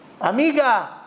Amiga